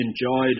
enjoyed